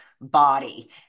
body